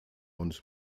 und